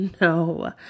No